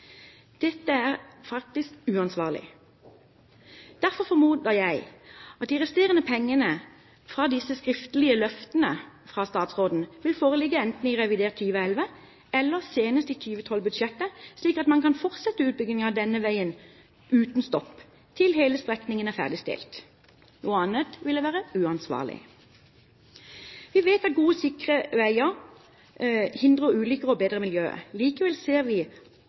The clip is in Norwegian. Dette er faktisk uansvarlig. Derfor formoder jeg at de resterende pengene fra disse skriftlige løftene fra statsråden vil foreligge enten i revidert 2011, eller senest i 2012-budsjettet, slik at man kan fortsette utbyggingen av denne veien uten stopp, til hele strekningen er ferdigstilt – noe annet ville være uansvarlig. Vi vet at gode, sikre veier hindrer ulykker og bedrer miljøet. Likevel ser vi